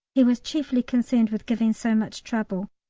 he was chiefly concerned with giving so much trouble.